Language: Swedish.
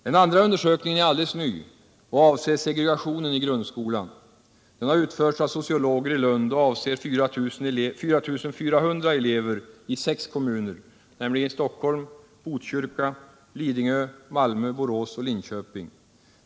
Den andra undersökningen är alldeles ny och avser segregationen i grundskolan. Den har utförts av sociologer i Lund och avser 4 400 elever i sex kommuner, nämligen Stockholm, Botkyrka, Lidingö, Malmö, Borås och Linköping.